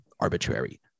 arbitrary